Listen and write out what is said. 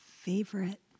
favorite